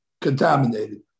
contaminated